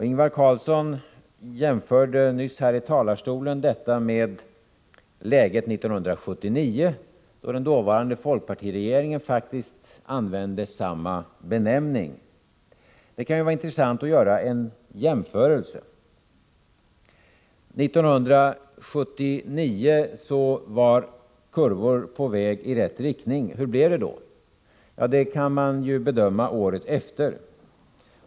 Ingvar Carlsson jämförde här i talarstolen nyss situationen i dag med läget 1979, då den dåvarande folkpartiregeringen faktiskt använde samma benämning. Det kan vara intressant att göra en jämförelse. 1979 var kurvorna på väg i rätt riktning. Hur blev det då? Det kan man bedöma året efter.